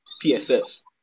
PSS